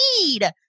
need